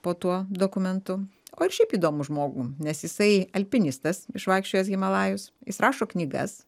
po tuo dokumentu o ir šiaip įdomų žmogų nes jisai alpinistas išvaikščiojęs himalajus jis rašo knygas